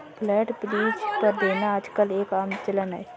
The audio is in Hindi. फ्लैट लीज पर देना आजकल एक आम चलन है